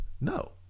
No